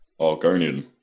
Argonian